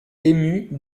émue